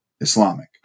Islamic